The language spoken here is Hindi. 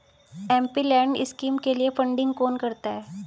एमपीलैड स्कीम के लिए फंडिंग कौन करता है?